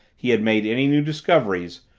he had made any new discoveries,